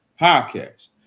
podcast